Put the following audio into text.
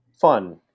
Fun